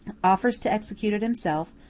offers to execute it himself,